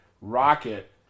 Rocket